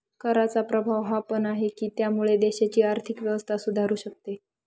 कराचा प्रभाव हा पण आहे, की त्यामुळे देशाची आर्थिक व्यवस्था सुधारू शकते